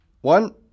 One